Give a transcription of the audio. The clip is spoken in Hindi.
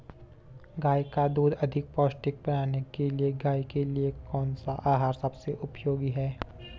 गाय का दूध अधिक पौष्टिक बनाने के लिए गाय के लिए कौन सा आहार सबसे उपयोगी है?